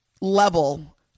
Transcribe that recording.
level